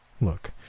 Look